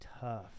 tough